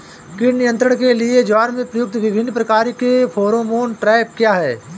कीट नियंत्रण के लिए ज्वार में प्रयुक्त विभिन्न प्रकार के फेरोमोन ट्रैप क्या है?